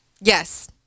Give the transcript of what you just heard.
Yes